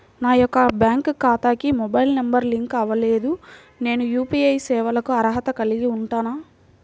నా యొక్క బ్యాంక్ ఖాతాకి మొబైల్ నంబర్ లింక్ అవ్వలేదు నేను యూ.పీ.ఐ సేవలకు అర్హత కలిగి ఉంటానా?